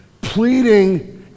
pleading